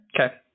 okay